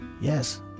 Yes